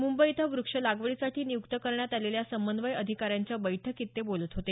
मुंबई इथं व्रक्ष लागवडीसाठी नियुक्त करण्यात आलेल्या समन्वय अधिकाऱ्यांच्या बैठकीत ते बोलत होते